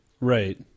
right